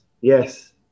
Yes